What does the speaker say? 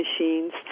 machines